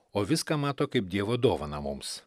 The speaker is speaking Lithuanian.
o viską mato kaip dievo dovaną mums